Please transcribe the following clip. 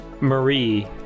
Marie